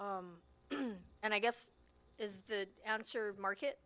and i guess is the answer market